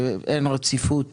שאין רציפות